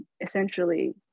essentially